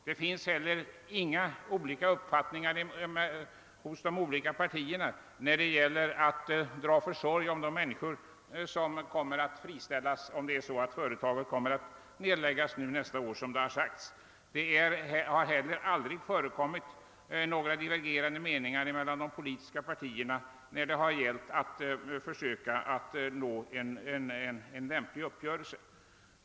Det finns heller inga delade meningar mellan de olika partierna i fråga om att dra försorg om de människor som kommer att friställas, om företaget kommer att nedläggas nästa år såsom har sagts. Det har heller aldrig förekommit några divergerande meningar mellan de politiska partierna när det gällt att nå en lämplig uppgörelse.